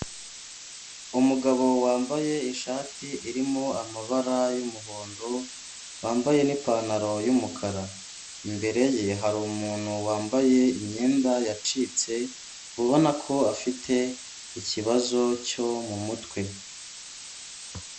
Umugabo wambaye ishati irimo amabara y'umuhondo wambaye nipantaro y'umukara, imbere ye hari umuntu wambaye imyenda yacitse ubona ko afite ikibazo cyo mumutwe.